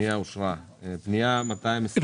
הצבעה פנייה מס' 214,215 אושרה.